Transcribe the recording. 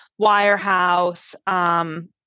wirehouse